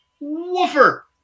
Woofer